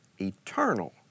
eternal